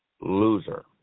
loser